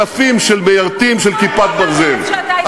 אלפים של מיירטים של "כיפת ברזל" מאז התמנית,